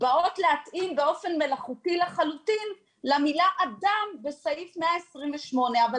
באות להתאים באופן מלאכותי לחלוטין למילה "אדם" בסעיף 128. אבל